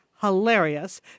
hilarious